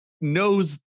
knows